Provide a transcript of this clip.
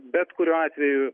bet kuriuo atveju